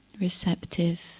receptive